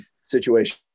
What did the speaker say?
situation